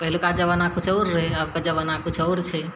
पहिलुका जमाना किछु आओर रहय आबके जमाना किछु आओर छै